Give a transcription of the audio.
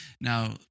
Now